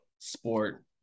sport